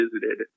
visited